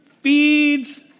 feeds